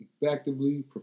effectively